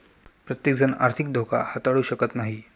प्रत्येकजण आर्थिक धोका हाताळू शकत नाही